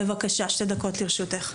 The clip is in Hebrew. בבקשה, שתי דקות לרשותך.